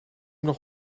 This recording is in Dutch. nog